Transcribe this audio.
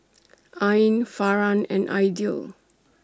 Ain Farhan and Aidil